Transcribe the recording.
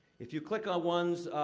if you click on ones